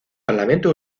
parlamento